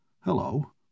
Hello